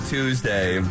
Tuesday